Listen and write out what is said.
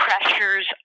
pressures